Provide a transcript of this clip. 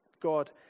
God